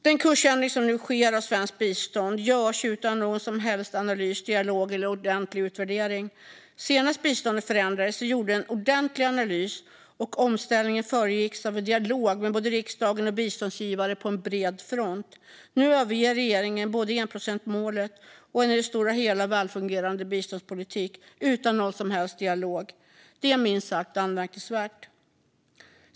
Den kursändring av svenskt bistånd som nu sker görs utan någon som helst analys, dialog eller ordentlig utvärdering. Senast biståndet förändrades gjordes en ordentlig analys, och omställningen föregicks av dialog med både riksdagen och biståndsgivare på bred front. Nu överger regeringen både enprocentsmålet och en i det stora hela välfungerande biståndspolitik utan någon som helst dialog. Det är minst sagt anmärkningsvärt.